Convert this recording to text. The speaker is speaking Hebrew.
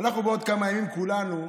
בעוד כמה ימים כולנו,